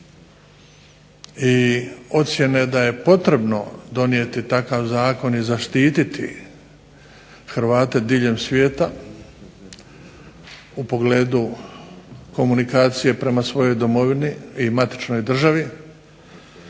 i ocijene da je potrebno donijeti takav zakon i zaštititi Hrvate diljem svijeta u pogledu komunikacije prema svojoj Domovini i matičnoj državi